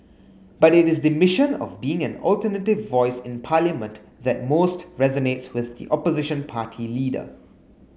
but it is the mission of being an alternative voice in Parliament that most resonates with the opposition party leader